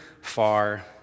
far